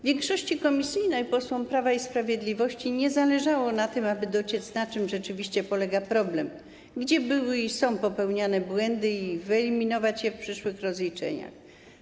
Większości komisyjnej, posłom Prawa i Sprawiedliwości nie zależało na tym, aby dociec, na czym rzeczywiście polega problem, gdzie były i są popełniane błędy, tak aby wyeliminować je w przyszłych rozliczeniach.